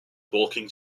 walking